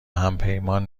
همپیمان